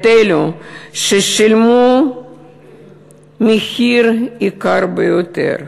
את אלו ששילמו מחיר יקר ביותר,